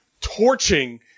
torching